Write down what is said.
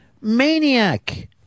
maniac